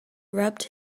rubbed